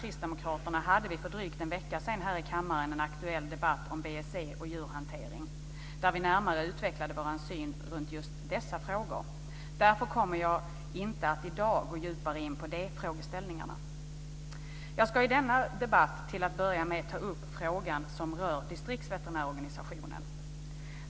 Kristdemokraterna hade vi för drygt en vecka sedan här i kammaren en aktuell debatt om BSE och djurhantering där vi närmare utvecklade vår syn på just dessa frågor. Därför kommer jag inte att i dag gå djupare in på dessa frågeställningar. Jag ska i denna debatt till att börja med ta upp en fråga som rör distriktsveterinärorganisationen.